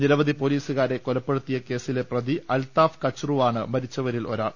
നിരവധി പൊലീസുകാരെ കൊലപ്പെടുത്തിയ കേസിലെ പ്രതി അൽതാഫ് കച്ച്റുവാണ് മരി ച്ചവരിൽ ഒരാൾ